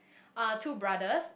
uh two brothers